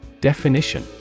Definition